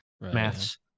Maths